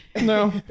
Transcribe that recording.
No